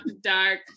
Dark